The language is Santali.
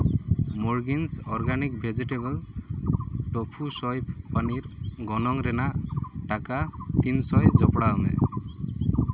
ᱢᱩᱨᱜᱤᱱᱥ organic vegetables tofu soy paneer ᱜᱚᱱᱚᱝ ᱨᱮᱱᱟᱜ ᱴᱟᱠᱟ ᱛᱤᱱᱥᱚ ᱡᱚᱯᱲᱟᱣ ᱢᱮ